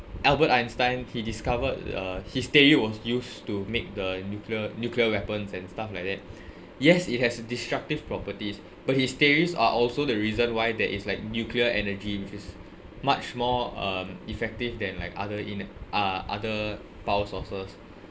albert einstein he discovered uh his theory was used to make the nuclear nuclear weapons and stuff like that yes it has a destructive properties but his theories are also the reason why there is like nuclear energy which is much more um effective than like other ener~ uh other power sources